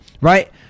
right